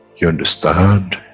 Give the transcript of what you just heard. you understand,